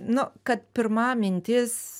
nu kad pirma mintis